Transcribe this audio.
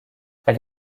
elle